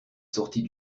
sortit